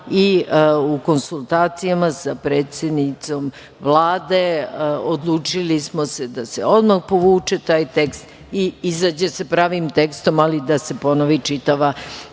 i u konsultacijama sa predsednicom Vlade, odlučili smo se da se odmah povuče taj tekst i izađe sa pravim tekstom, ali da se ponovi čitava